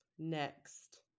next